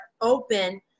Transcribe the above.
open